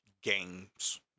games